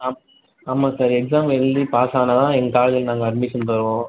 ஆ ஆமாம் sir exam எழுதி pass ஆனால்தான் எங்கள் காலேஜில் நாங்கள் அட்மிஷன் தருவோம்